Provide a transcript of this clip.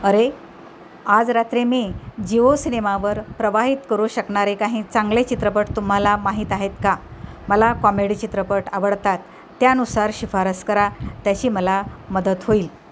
अरे आज रात्री मी जिओ सिनेमावर प्रवाहित करू शकणारे काही चांगले चित्रपट तुम्हाला माहीत आहेत का मला कॉमेडी चित्रपट आवडतात त्यानुसार शिफारस करा त्याची मला मदत होईल